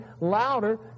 louder